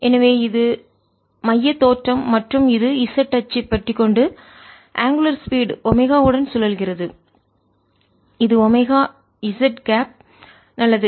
எனவே இது மைய தோற்றம் மற்றும் இது z அச்சு பற்றி கொண்டு அங்குலர் ஸ்பீட் கோண வேகம் ஒமேகாவுடன் சுழல்கிறது இது ஒமேகா z கேப் நல்லது